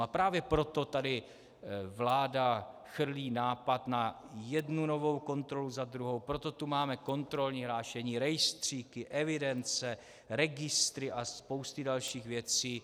A právě proto tady vláda chrlí nápad na jednu novou kontrolu za druhou, proto tu máme kontrolní hlášení, rejstříky, evidence, registry a spousty dalších věcí.